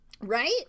Right